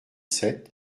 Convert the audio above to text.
sept